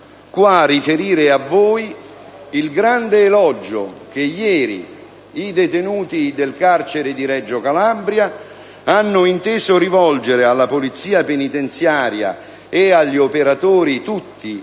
riferire qua a voi il grande elogio che ieri i detenuti del carcere di Reggio Calabria hanno inteso rivolgere alla Polizia penitenziaria e agli operatori tutti